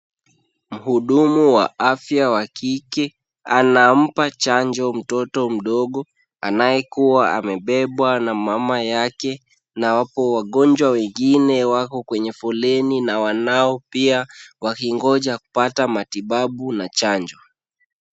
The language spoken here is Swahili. Muhudumu wa afya wa kike ,anampa chanjo mtoto mdogo anayekua amebebwa na mama yake, na wapo wagonjwa wengine kwenye foleni na wanao pia wakingoja kupata matibabu na chanjo.